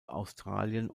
australien